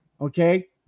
Okay